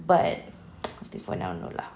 but I think for now no lah